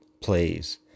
plays